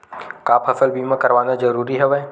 का फसल बीमा करवाना ज़रूरी हवय?